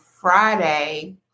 Friday